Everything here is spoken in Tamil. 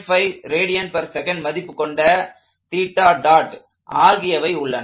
5 rads மதிப்பு கொண்ட ஆகியவை உள்ளன